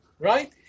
Right